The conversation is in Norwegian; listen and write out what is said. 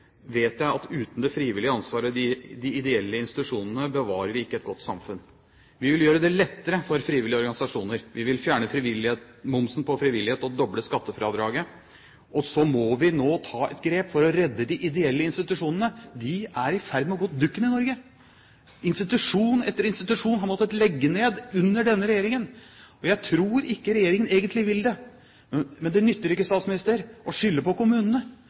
vet jeg at uten det frivillige ansvar og de ideelle institusjonene bevarer vi ikke et godt samfunn. Vi vil gjøre det lettere for frivillige organisasjoner. Vi vil fjerne momsen på frivillighet og doble skattefradraget for gaver til frivilligheten. Og så må vi nå ta et grep for å redde de ideelle institusjonene. De er i ferd med å gå dukken i Norge. Institusjon etter institusjon har måttet legge ned under denne regjeringen, og jeg tror ikke regjeringen egentlig vil det. Men det nytter ikke, statsminister, å skylde på kommunene,